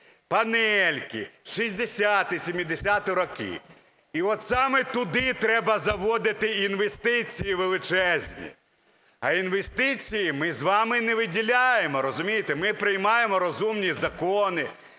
панельки, 60-70-ті роки. І от саме туди треба заводити інвестиції величезні. А інвестиції ми з вами не виділяємо, розумієте? Ми приймаємо розумні закони,